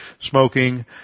smoking